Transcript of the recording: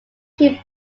him